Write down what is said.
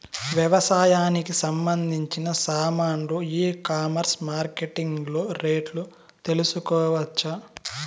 వ్యవసాయానికి సంబంధించిన సామాన్లు ఈ కామర్స్ మార్కెటింగ్ లో రేట్లు తెలుసుకోవచ్చా?